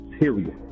Period